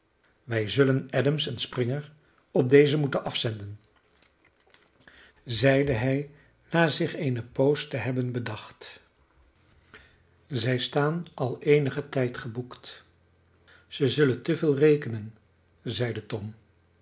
wij zullen adams en springer op deze moeten afzenden zeide hij na zich eene poos te hebben bedacht zij staan al eenigen tijd geboekt zij zullen te veel rekenen zeide tom